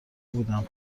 بودم